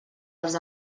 els